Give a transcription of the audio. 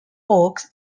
oak